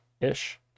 ish